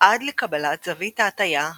עד לקבלת זווית ההטייה הרצויה.